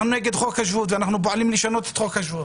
אנחנו נגד חוק השבות ואנחנו פועלים לשנות אותו.